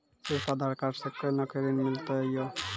सिर्फ आधार कार्ड से कोना के ऋण मिलते यो?